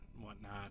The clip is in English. whatnot